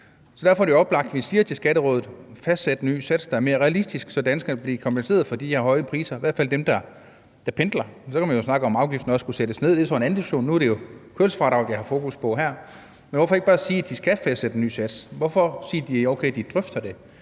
så derfor er det oplagt, at vi siger til Skatterådet: Fastsæt en ny sats, der er mere realistisk, så danskerne kan blive kompenseret for de her høje priser – i hvert fald dem, der pendler. Så kan man snakke om, om afgiften også skulle sættes ned, men det er jo så en anden diskussion. Nu er det jo kørselsfradraget, vi har fokus på her. Men hvorfor ikke bare sige, at Skatterådet skal fastsætte en ny sats? Hvorfor sige, at det er